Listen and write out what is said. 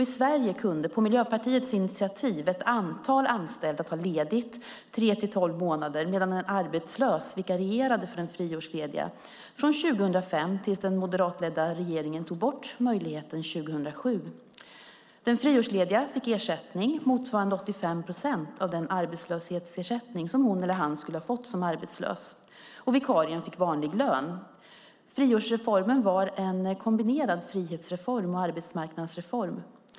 I Sverige kunde, på Miljöpartiets initiativ, ett antal anställda ta ledigt i tre till tolv månader medan en arbetslös vikarierade för den friårsledige. Det gällde från 2005 fram till att den moderatledda regeringen tog bort möjligheten 2007. Den friårsledige fick ersättning motsvarande 85 procent av den arbetslöshetsersättning som hon eller han skulle ha fått som arbetslös, och vikarien fick vanlig lön. Friårsreformen var en kombinerad frihetsreform och arbetsmarknadsreform.